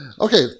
Okay